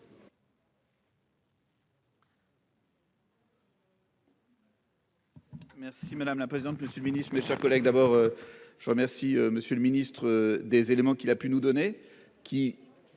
Merci madame la présidente, monsieur Ministre, mes chers collègues d'abord. Je vous remercie Monsieur le Ministre des éléments qu'il a pu nous donner